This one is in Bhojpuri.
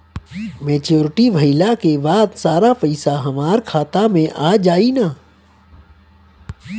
मेच्योरिटी भईला के बाद सारा पईसा हमार खाता मे आ जाई न?